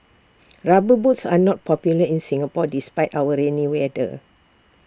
rubber boots are not popular in Singapore despite our rainy weather